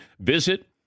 Visit